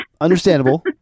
Understandable